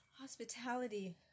hospitality